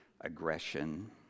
aggression